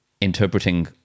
interpreting